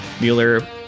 Mueller